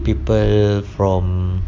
people from